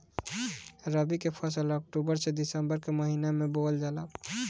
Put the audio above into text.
रबी के फसल अक्टूबर से दिसंबर के महिना में बोअल जाला